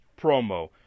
promo